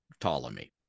Ptolemy